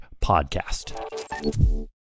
podcast